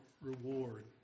reward